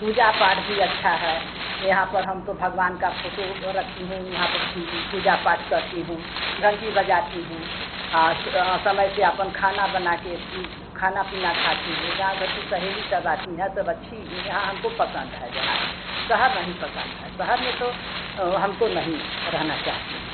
पूजा पाठ भी अच्छा है यहाँ पर हम तो भगवान की फ़ोटो रखी हूँ वहाँ पर पूजा पाठ करती हूँ घंटी बजाती हूँ समय से आपन खाना बनाकर खाना पीना खाती हूँ गाँव घर की सहेली सब आती हैं सब अच्छी यहाँ हमको पसंद है देहात शहर नहीं पसंद है शहर में तो हमको नहीं रहना चाहती हूँ